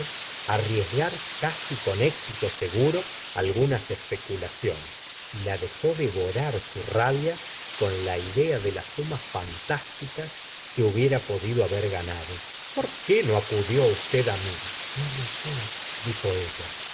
arriesgar casi con éxito seguro algunas especulaciones y la dej ó devorar su rabia con la idea de las sumas fantásticas que hubiera podido haber ganado por qué no acudió usted á mi no lo sé dijo ella